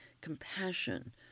compassion